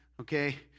okay